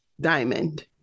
Diamond